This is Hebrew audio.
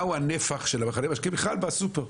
מהו הנפח של מכלי המשקה בכלל בסופר.